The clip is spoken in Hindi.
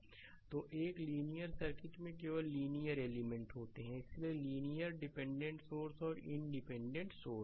स्लाइड समय देखें 0306 तो एक लीनियर सर्किट में केवल लीनियर एलिमेंट होते हैं इसलिएलीनियर डिपेंडेंट सोर्स और इंडिपेंडेंट सोर्स